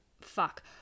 fuck